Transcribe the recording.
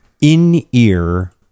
in-ear